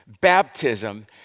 baptism